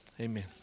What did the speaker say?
amen